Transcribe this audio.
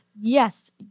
Yes